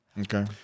Okay